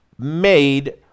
made